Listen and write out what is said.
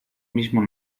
mismo